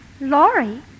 Laurie